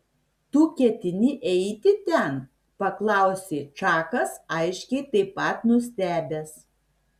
tu ketini eiti ten paklausė čakas aiškiai taip pat nustebęs